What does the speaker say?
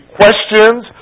questions